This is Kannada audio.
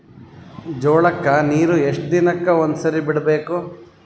ಜೋಳ ಕ್ಕನೀರು ಎಷ್ಟ್ ದಿನಕ್ಕ ಒಂದ್ಸರಿ ಬಿಡಬೇಕು?